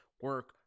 Work